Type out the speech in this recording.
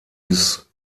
bis